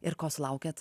ir ko sulaukiat